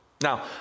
Now